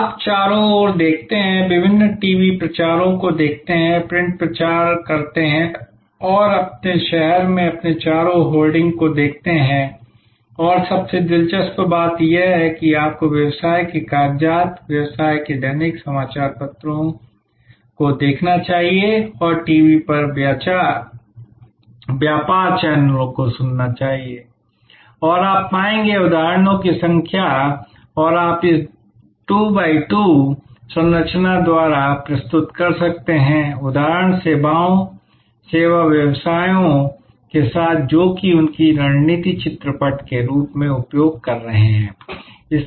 आप चारों ओर देखते हैं विभिन्न टीवी प्रचारों को देखते हैं प्रिंट प्रचार करते हैं अपने शहर में अपने चारों ओर होर्डिंग को देखते हैं और सबसे दिलचस्प बात यह है कि आपको व्यवसाय के कागजात व्यवसाय के दैनिक समाचार पत्रों को देखना चाहिए और टीवी पर व्यापार चैनलों को सुनना चाहिए और आप पाएंगे उदाहरणों की संख्या और आप इस दो x दो संरचना द्वारा प्रस्तुत कर सकते हैं उदाहरण सेवाओं सेवा व्यवसायों के साथ जो कि उनकी रणनीति चित्रपट के रूप में उपयोग कर रहे हैं